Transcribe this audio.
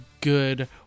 good